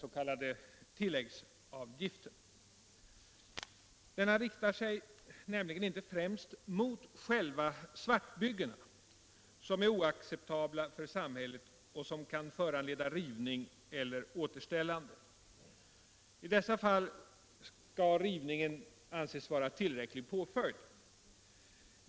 Denna riktar sig nämligen inte främst mot själva svartbyggena, som är oacceptabla för samhället och som kan föranleda rivning eller återställande. I dessa fall skall rivningen anses vara tillräcklig påföljd.